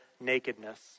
nakedness